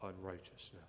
unrighteousness